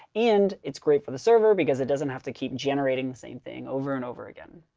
and it's great for the server because it doesn't have to keep generating the same thing over and over again.